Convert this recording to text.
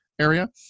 area